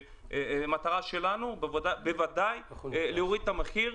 שהמטרה שלנו בוודאי להוריד את המחיר,